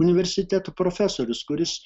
universitetų profesorius kuris